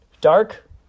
Dark